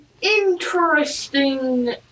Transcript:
interesting